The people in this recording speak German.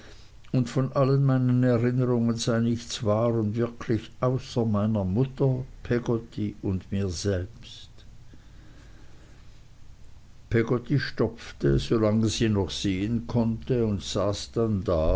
und von allen meinen erinnerungen sei nichts wahr und wirklich außer meiner mutter peggotty und mir selbst peggotty stopfte so lange sie noch sehen konnte und saß dann da